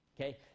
okay